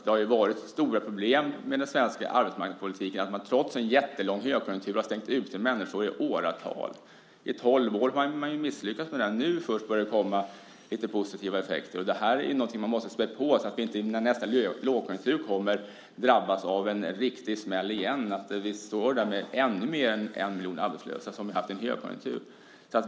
Det har varit stora problem med den svenska arbetsmarknadspolitiken. Trots en jättelång högkonjunktur har man i åratal stängt människor ute. Under tolv år har man misslyckats med arbetsmarknadspolitiken. Först nu börjar det komma lite positiva effekter. Och det här är något som man måste spä på, så att vi inte under nästa lågkonjunktur drabbas av en riktig smäll igen och står där med ännu mer än en miljon arbetslösa som vi har haft under en högkonjunktur.